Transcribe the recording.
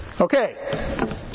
Okay